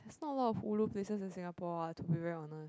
there's not a lot of ulu places in Singapore ah to be very honest